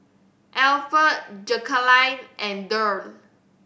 Alferd Jacalyn and Derl